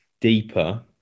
deeper